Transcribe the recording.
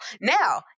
Now